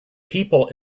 people